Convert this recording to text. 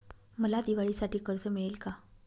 मला दिवाळीसाठी कर्ज मिळेल का?